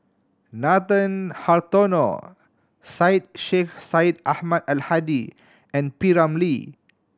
Nathan Hartono Syed Sheikh Syed Ahmad Al Hadi and P Ramlee